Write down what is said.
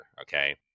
okay